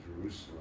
Jerusalem